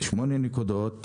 8 נקודות,